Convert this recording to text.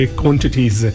quantities